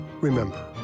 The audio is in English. Remember